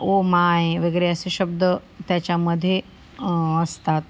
ओ my वगैरे असे शब्द त्याच्यामध्ये असतात